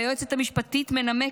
והיועצת המשפטית מנמקת: